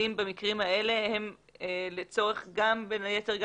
במקרים האלה הם גם לצורך הסקה בין היתר?